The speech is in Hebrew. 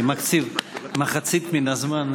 אני מקציב מחצית מן הזמן,